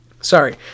sorry